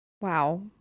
Wow